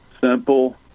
simple